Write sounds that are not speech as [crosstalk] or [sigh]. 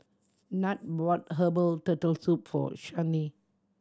[noise] Nat brought herbal Turtle Soup for Shanae